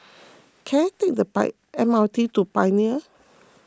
can I take the M R T to Pioneer